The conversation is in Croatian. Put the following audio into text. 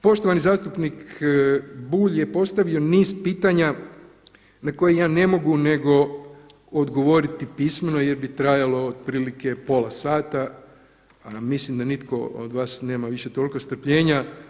Poštovani zastupnik Bulj je postavio niz pitanja na koje ja ne mogu nego odgovoriti pismeno jer bi trajalo otprilike pola sata a mislim da nitko od vas nema više toliko strpljenja.